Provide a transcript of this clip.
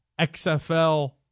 xfl